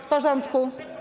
W porządku.